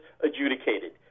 adjudicated